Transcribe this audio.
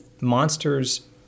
monsters